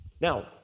now